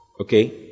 Okay